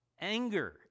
Anger